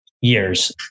years